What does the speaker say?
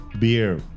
beer